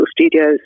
Studios